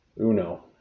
Uno